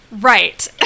Right